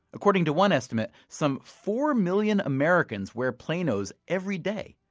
according to one estimate, some four million americans wear planos everyday.